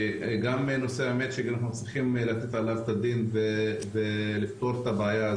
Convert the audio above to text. גם בנושא ה-Matching אנחנו צריכים לתת עליו את הדיון ולפתור את הבעיה,